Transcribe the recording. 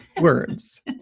words